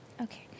Okay